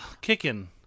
kicking